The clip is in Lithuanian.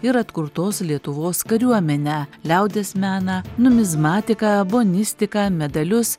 ir atkurtos lietuvos kariuomenę liaudies meną numizmatiką bonistiką medalius